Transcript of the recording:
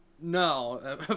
No